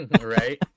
Right